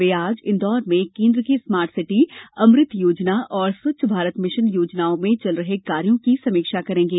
वे आज इंदौर में केन्द्र की स्मार्ट सिटी अमृत योजना और स्वच्छ भारत मिशन योजनाओं में चल रहे कार्यो की समीक्षा करेंगे